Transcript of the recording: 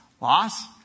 Loss